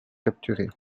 capturé